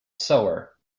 sewer